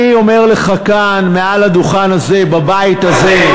אני אומר לך כאן, מעל הדוכן הזה, בבית הזה,